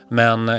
men